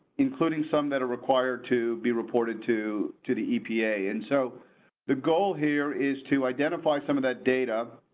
including some that are required to be reported to to the epa and so the goal here is to identify some of that data.